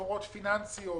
ביקורות פיננסיות,